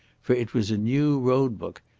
for it was a new road-book,